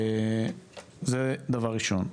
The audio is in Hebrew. זה דבר ראשון.